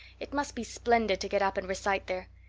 it must be splendid to get up and recite there.